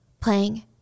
playing